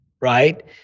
right